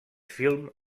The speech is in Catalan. film